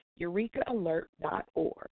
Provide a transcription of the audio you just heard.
eurekaalert.org